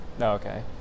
Okay